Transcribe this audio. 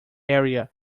area